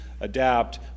adapt